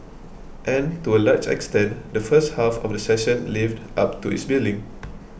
and to a large extent the first half of the session lived up to its billing